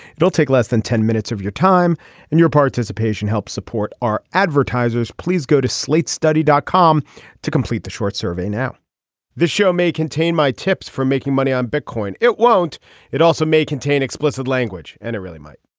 it'll take less than ten minutes of your time and your participation helps support our advertisers. please go to slate's study dot com to complete the short survey now the show may contain my tips for making money on bitcoin. it won't it also may contain explicit language and it really might